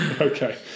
Okay